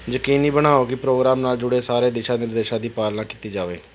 ਯਕੀਨੀ ਬਣਾਓ ਕਿ ਪ੍ਰੋਗਰਾਮ ਨਾਲ ਜੁੜੇ ਸਾਰੇ ਦਿਸ਼ਾ ਨਿਰਦੇਸ਼ਾਂ ਦੀ ਪਾਲਣਾ ਕੀਤੀ ਜਾਵੇ